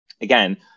Again